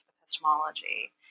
epistemology